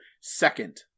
second